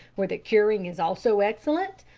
where the curing is also excellent.